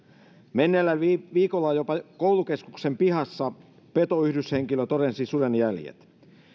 menneellä viikolla jopa koulukeskuksen pihassa petoyhdyshenkilö todensi suden jäljet